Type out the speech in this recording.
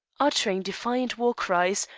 uttering defiant war-cries,